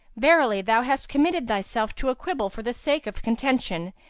verily, thou hast committed thyself to a quibble for the sake of contention,